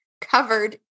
covered